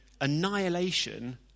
annihilation